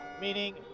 meaning